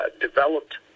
developed